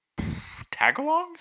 Tagalongs